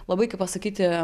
labai kaip pasakyti